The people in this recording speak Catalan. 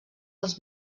els